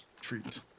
treat